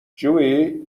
جویی